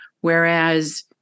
Whereas